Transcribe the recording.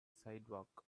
sidewalk